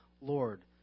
Lord